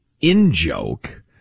in-joke